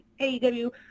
AEW